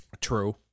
True